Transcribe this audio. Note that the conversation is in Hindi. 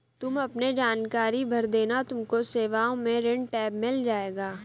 तुम अपने जानकारी भर देना तुमको सेवाओं में ऋण टैब मिल जाएगा